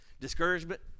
discouragement